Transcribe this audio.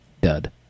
Dud